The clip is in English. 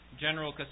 General